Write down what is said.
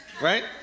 right